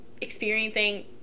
experiencing